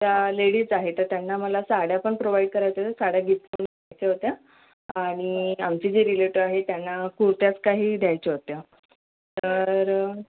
त्या लेडीज आहेत तर त्यांना मला साड्या पण प्रोव्हाइड करायच्या होत्या साड्या गिफ्ट पण करायच्या होत्या आणि आमचे जे रिलेटिव आहेत त्यांना कुर्त्यास काही द्यायच्या होत्या तर